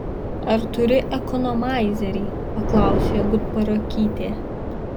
ar turi ekonomaizerį paklausė gutparakytė